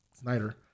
Snyder